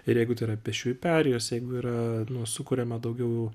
ir jeigu tai yra pėsčiųjų perėjos jeigu yra sukuriama daugiau